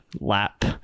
lap